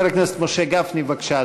חבר הכנסת משה גפני, בבקשה,